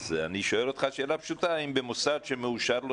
אני שואל אותך שאלה פשוטה: האם במוסד שמאושר לו